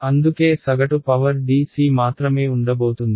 అందుకే సగటు power Dc మాత్రమే ఉండబోతుంది